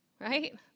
right